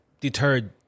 deterred